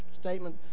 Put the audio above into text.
statement